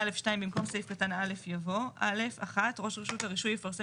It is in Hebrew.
א(2) במקום סעיף קטן א יבוא א(1) ראש רשות הרישוי יפרסם